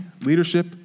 leadership